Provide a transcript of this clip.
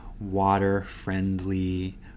water-friendly